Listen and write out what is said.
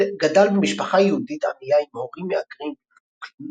גדל במשפחה יהודית ענייה עם הורים מהגרים בברוקלין,